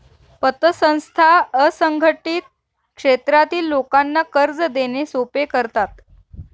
पतसंस्था असंघटित क्षेत्रातील लोकांना कर्ज देणे सोपे करतात